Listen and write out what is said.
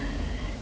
paiseh